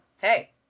hey